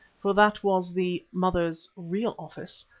for that was the mother's real office,